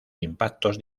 impactos